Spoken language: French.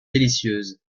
délicieuses